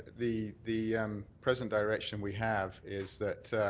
the the present direction we have is that